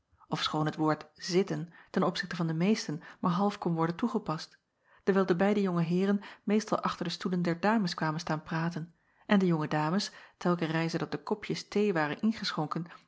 ofschoon het woord zitten ten opzichte van de meesten maar half kon worden toegepast dewijl de beide jonge heeren meestal achter de stoelen der dames kwamen staan praten en de jonge dames telken reize dat de kopjes thee waren ingeschonken